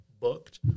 booked